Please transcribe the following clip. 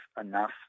enough